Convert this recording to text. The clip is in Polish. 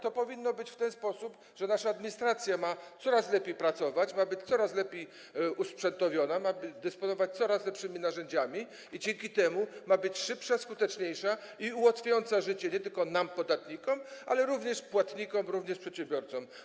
To powinno odbywać w ten sposób, że nasza administracja ma coraz lepiej pracować, ma być coraz lepiej usprzętowiona, ma dysponować coraz lepszymi narzędziami i dzięki temu ma być szybsza, skuteczniejsza i ułatwiająca życie nie tylko nam, podatnikom, ale również płatnikom, przedsiębiorcom.